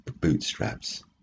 bootstraps